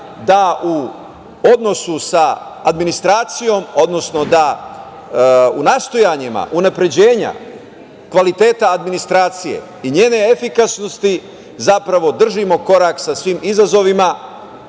da u odnosu sa administracijom, odnosno da u nastojanjima unapređenja kvaliteta administracije i njene efikasnosti zapravo držimo korak sa svim izazovima